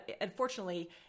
unfortunately